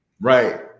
Right